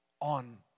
on